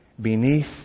beneath